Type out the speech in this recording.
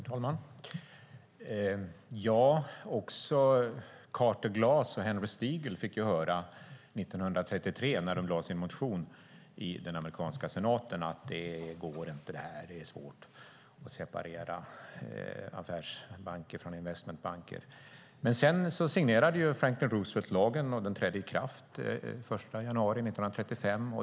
Herr talman! Också Carter Glass och Henry Steagall fick höra 1933 då de lade fram sin motion i den amerikanska senaten att det inte går och att det är svårt att separera affärsbanker från investmentbanker. Men sedan skrev Franklin Roosevelt under lagen, och den trädde i kraft den 1 januari 1935.